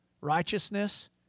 righteousness